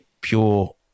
pure